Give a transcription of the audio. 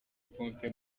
pombe